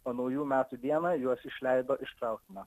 o naujų metų dieną juos išleido iš traukinio